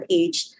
age